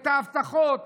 את ההבטחות,